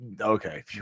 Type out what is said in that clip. okay